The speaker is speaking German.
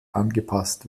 angepasst